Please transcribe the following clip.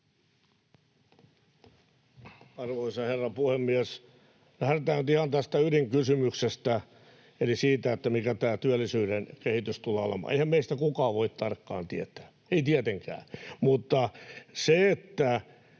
Arvoisa herra puhemies! Lähdetään nyt ihan tästä ydinkysymyksestä eli siitä, mikä tämä työllisyyden kehitys tulee olemaan. Eihän meistä kukaan voi tarkkaan tietää, ei tietenkään, mutta kuten